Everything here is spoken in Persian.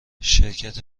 شرکت